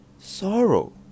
sorrow